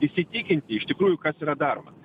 įsitikinti iš tikrųjų kas yra daroma